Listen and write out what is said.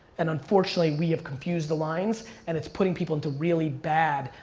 and unfortunately, we have confused the lines and it's putting people into really bad,